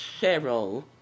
Cheryl